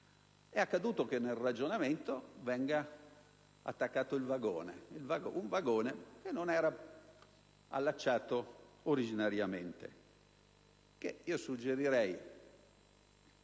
È accaduto che nel ragionamento venga attaccato un vagone che non era allacciato originariamente. Al riguardo, suggerirei